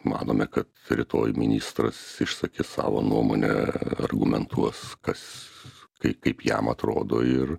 manome kad rytoj ministras išsakys savo nuomonę argumentuos kas kai kaip jam atrodo ir